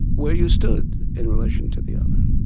where you stood in relation to the other.